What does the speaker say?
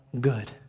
good